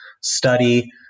study